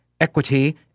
equity